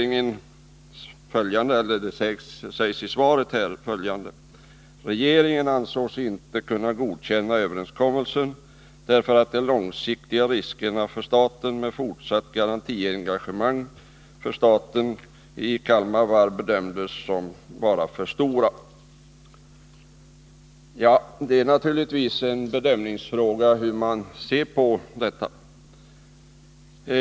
Nu sägs i svaret: ”Regeringen ansåg sig inte kunna godkänna överenskommelsen därför att de långsiktiga riskerna för staten med fortsatt garantiengagemang för Kalmar Varv bedömdes vara för stora.” Det är naturligtvis en bedömningsfråga.